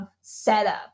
setup